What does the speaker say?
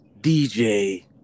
DJ